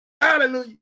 Hallelujah